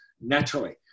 naturally